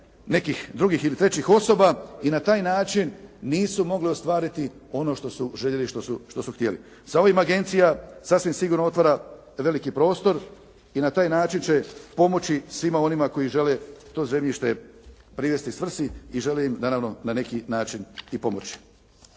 nekih drugih ili trećih osoba i na taj način nisu mogli ostvariti ono što su željeli i što su htjeli. Sa ovim agencija sasvim sigurno otvara veliki prostor i na taj način će pomoći svima onima koji žele to zemljište privesti svrsi i žele im naravno na neki način i pomoći.